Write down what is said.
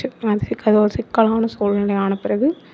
அது சிக்கல் ஒரு சிக்கலான சூழ்நிலை ஆன பிறகு